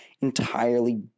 entirely